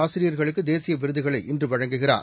ஆசிரியர்களுக்கு தேசிய விருதுகளை இன்று வழங்குகிறார்